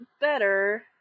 better